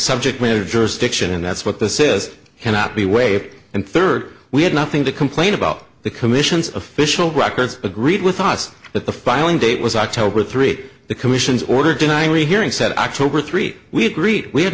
subject matter jurisdiction and that's what this is cannot be wait and third we have nothing to complain about the commission's official records agreed with us that the filing date was october three the commission's order denying rehearing said october three we greet we ha